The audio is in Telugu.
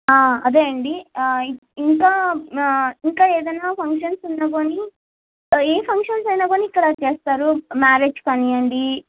అదే అండి ఇంకా ఇంకా ఏదన్నా ఫంక్షన్స్ ఉన్నా గానీ ఏ ఫంక్షన్స్ అయినా గానీ ఇక్కడ చేస్తారు మ్యారేజ్ కానివ్వండి